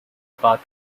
path